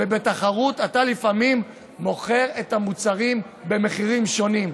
ובתחרות אתה לפעמים מוכר את המוצרים במחירים שונים.